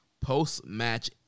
post-match